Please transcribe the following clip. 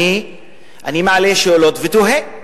אני מעלה שאלות ותוהה.